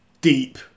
Deep